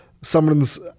someone's